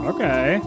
Okay